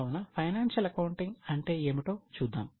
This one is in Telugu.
కావున ఫైనాన్షియల్ అకౌంటింగ్ అంటే ఏమిటో చూద్దాం